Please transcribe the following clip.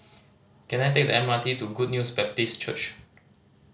can I take the M R T to Good News Baptist Church